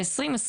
ב-2022,